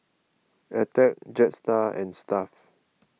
Attack Jetstar and Stuff'd